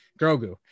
Grogu